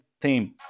theme